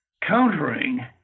countering